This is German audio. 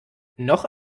noch